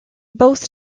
both